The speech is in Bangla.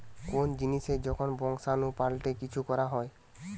কোন জিনিসের যখন বংশাণু পাল্টে কিছু করা হয়